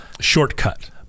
shortcut